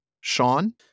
Sean